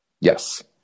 Yes